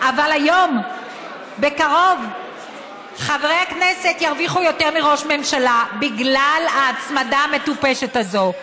אבל בקרוב חברי כנסת ירוויחו יותר מראש ממשלה בגלל ההצמדה המטופשת הזאת.